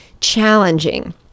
challenging